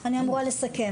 ואני אמורה לסכם.